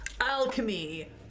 Alchemy